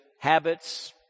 habits